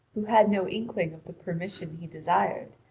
who had no inkling of the permission he desired,